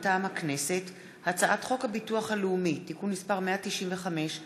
מטעם הכנסת: הצעת חוק הביטוח הלאומי (תיקון מס' 195)